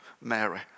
Mary